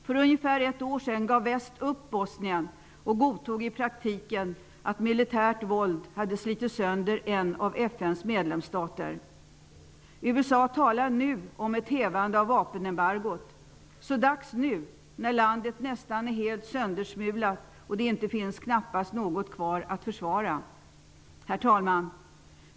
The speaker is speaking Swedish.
För ungefär ett år sedan gav väst upp Bosnien och godtog i praktiken att militärt våld hade slitit sönder en av FN:s medlemsstater. USA talar nu om ett hävande av vapenembargot. Det är så dags nu, när landet är nästan helt söndersmulat och det knappast finns något kvar att försvara! Herr talman!